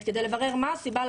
אנחנו גדלים הרבה פעמים,